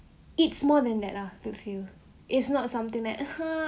it's more than that lah look feel it's not something that uh !huh!